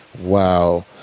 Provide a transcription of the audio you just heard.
Wow